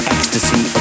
Ecstasy